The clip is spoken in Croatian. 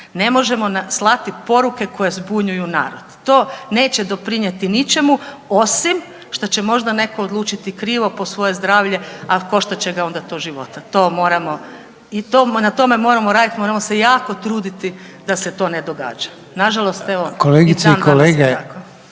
Ne možemo slati poruke koje zbunjuju narod. To neće doprinijeti ničemu osim što će možda netko odlučiti krivo po svoje zdravlje, a koštat će ga onda to života. To moramo, na tome moramo raditi, moramo se jako truditi da se to ne događa. Na žalost evo i dan danas